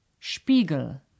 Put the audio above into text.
Spiegel